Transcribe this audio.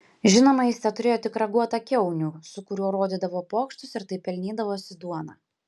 žinoma jis teturėjo tik raguotą kiaunių su kuriuo rodydavo pokštus ir taip pelnydavosi duoną